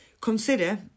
consider